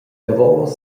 davos